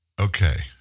Okay